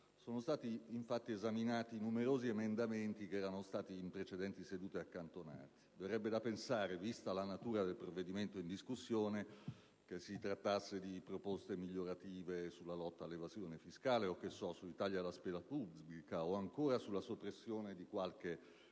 sono stati esaminati numerosi emendamenti che erano stati accantonati in precedenti sedute. Verrebbe da pensare, vista la natura del provvedimento in discussione, che si sia trattato di proposte migliorative sulla lotta all'evasione fiscale, sui tagli alla spesa pubblica o, ancora, sulla soppressione di qualche